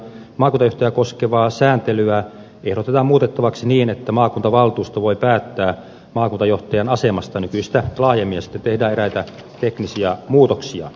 maakuntajohtajaa koskevaa sääntelyä ehdotetaan muutettavaksi niin että maakuntavaltuusto voi päättää maakuntajohtajan asemasta nykyistä laajemmin ja sitten tehdään eräitä teknisiä muutoksia